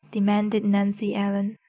demanded nancy ellen.